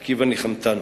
עקיבא, ניחמתנו.